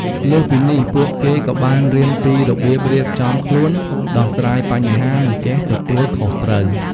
លើសពីនេះពួកគេក៏បានរៀនពីរបៀបរៀបចំខ្លួន ដោះស្រាយបញ្ហា និងចេះទទួលខុសត្រូវ។